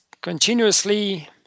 continuously